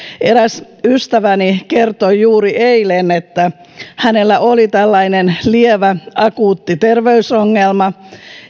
eräs ystäväni kertoi juuri eilen että hänellä oli tällainen lievä akuutti terveysongelma